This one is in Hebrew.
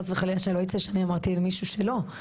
חס וחלילה שלא יצא שאני אמרתי למישהו שלא.